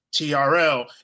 TRL